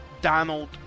Donald